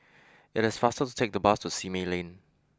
it is faster to take the bus to Simei Lane